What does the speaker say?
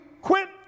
quit